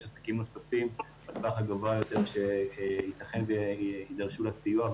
עסקים נוספים בטווח הארוך יותר שייתכן שיידרשו לסיוע.